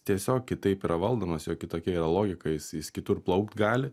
tiesiog kitaip yra valdomas jo kitokia yra logika jis jis kitur plaukt gali